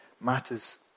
matters